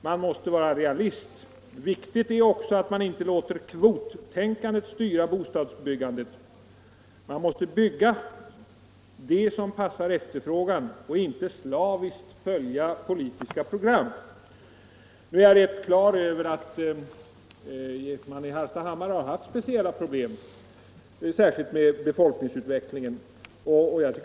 Han säger: ” Viktigt är också att man inte låter kvottänkandet styra bostadsbyggandet —-—--. Man måste vara realist och bygga det som passar efterfrågan och inte slaviskt följa politiska program.” Nu är jag på det klara med att man i Hallstahammar har haft speciella problem, särskilt med befolkningsutvecklingen.